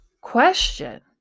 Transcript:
question